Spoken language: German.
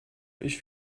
ich